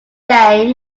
dame